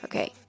Okay